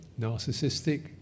narcissistic